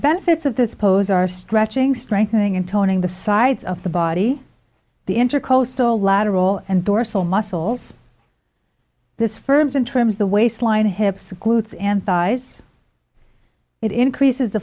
benefits of this pose are stretching strengthening and toning the sides of the body the intercoastal lateral and dorsal muscles this firms in terms of the waistline hips occludes and thighs it increases the